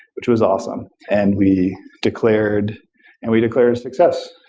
which was awesome, and we declared and we declared success,